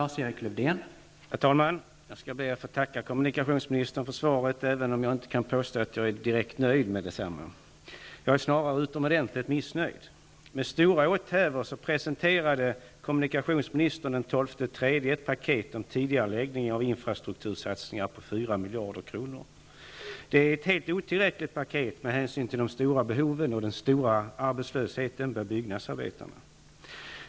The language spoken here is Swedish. Herr talman! Jag skall be att få tacka kommunikationsministern för svaret, även om jag inte kan påstå att jag är direkt nöjd med detsamma. Jag är snarare utomordentligt missnöjd. Med stora åthävor presenterade kommunikationsministern den 12 mars ett paket om tidigareläggning av infrastruktursatsningar på 4 miljarder kronor. Det är ett helt otillräckligt paket med hänsyn till de stora behoven och den stora arbetslösheten bland byggnadsarbetarna.